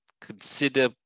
consider